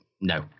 No